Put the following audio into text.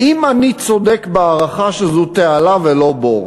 אם אני צודק בהערכה שזו תעלה ולא בור,